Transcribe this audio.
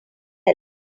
help